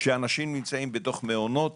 שהאנשים נמצאים בתוך מעונות